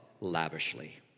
lavishly